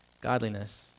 godliness